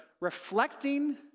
reflecting